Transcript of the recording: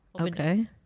Okay